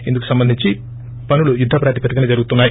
ఇందుకు సంబంధించి పనులు యుద్దప్రాతిపదికన జరుగుతున్నాయి